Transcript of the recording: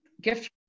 gift